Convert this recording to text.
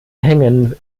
hängen